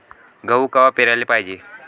गहू कवा पेराले पायजे?